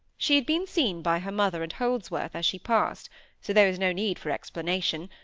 she had been seen by her mother and holdsworth, as she passed so there was no need for explanation,